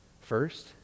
first